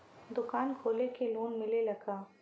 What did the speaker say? दुकान खोले के लोन मिलेला का?